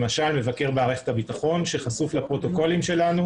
למשל מבקר מערכת הביטחון שחשוף לפרוטוקולים שלנו.